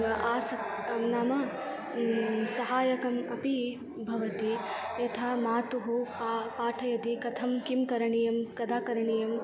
आसं नाम सहाय्यकम् अपि भवति यथा मातुः पा पाठयति कथं किं करणीयं कदा करणीयम्